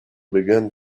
began